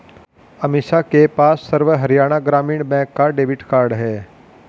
अमीषा के पास सर्व हरियाणा ग्रामीण बैंक का डेबिट कार्ड है